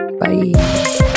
bye